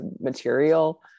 material